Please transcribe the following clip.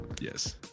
Yes